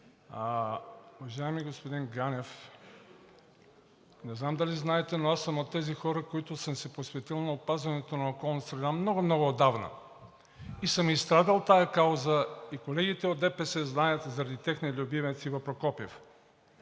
Уважаеми господин Ганев, не знам дали знаете, но аз съм от тези хора, които съм посветил на опазването на околната среда много, много отдавна и съм изстрадал тази кауза, и колегите от ДПС знаят – заради техния любимец Иво Прокопиев.